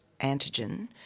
antigen